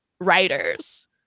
writers